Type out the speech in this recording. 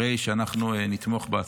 הרי שאנחנו נתמוך בהצעה.